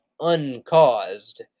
uncaused